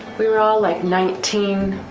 we were all like nineteen,